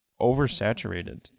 oversaturated